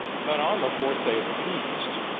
but on the fourth day of the feast,